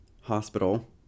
Hospital